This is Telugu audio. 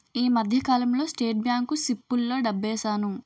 ఈ మధ్యకాలంలో స్టేట్ బ్యాంకు సిప్పుల్లో డబ్బేశాను